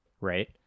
right